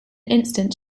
instant